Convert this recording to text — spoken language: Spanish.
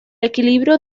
equilibrio